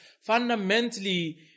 fundamentally